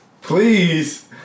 Please